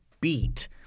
beat